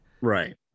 Right